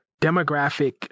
demographic